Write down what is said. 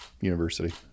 University